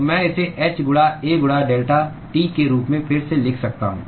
तो मैं इसे h गुणा A गुणा डेल्टा T के रूप में फिर से लिख सकता हूं